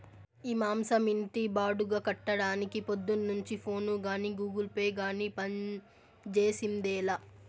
ఈ మాసం ఇంటి బాడుగ కట్టడానికి పొద్దున్నుంచి ఫోనే గానీ, గూగుల్ పే గానీ పంజేసిందేలా